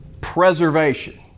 preservation